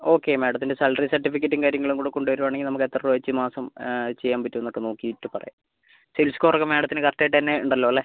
okay മാഡത്തിൻ്റെ salary സർട്ടിഫിക്കറ്റും കാര്യങ്ങളും കൂടെ കൊണ്ടുവരുവാണെങ്കിൽ നമുക്ക് എത്ര രൂപ വെച്ച് മാസം ചെയ്യാൻ പറ്റുമെന്നൊക്കെ നോക്കിയിട്ട് പറയാം സിബിൽ സ്കോർ ഒക്കെ മാഡത്തിന് കറക്ട് ആയിട്ട് തന്നെ ഉണ്ടല്ലോ അല്ലേ